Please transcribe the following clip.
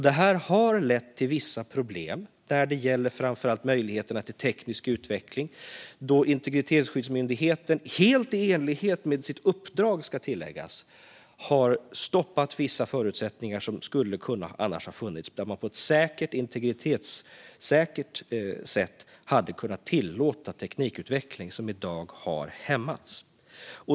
Detta har lett till vissa problem framför allt när det gäller möjligheterna till teknisk utveckling, då Integritetsskyddsmyndigheten - helt i enlighet med sitt uppdrag, ska tilläggas - har stoppat vissa förutsättningar som annars hade kunnat finnas. Man hade på ett integritetssäkert sätt kunnat tillåta teknikutveckling som i dag har hämmats.